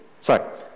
sorry